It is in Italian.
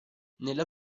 nella